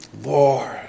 Lord